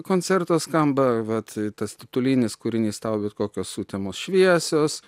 koncerto skamba vat tas titulinis kūrinys tau bet kokios sutemos šviesios